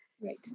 Right